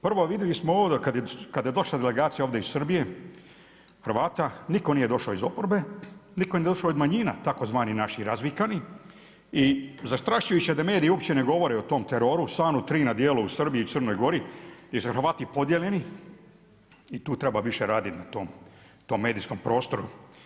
Prvo vidjeli smo ovo kada je došla delegacija ovdje iz Srbije Hrvata, nitko nije došao iz oporbe, nitko nije došao iz manjina, tzv. naših razvikani, i zastrašujuće je da mediji uopće ne govore o tom teroru … na dijelu u Srbiji i Crnoj Gori gdje su Hrvati podijeljeni i tu treba više raditi na tom medijskom prostoru.